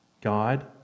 God